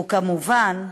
וכמובן,